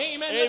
Amen